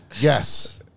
Yes